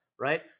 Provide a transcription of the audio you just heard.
right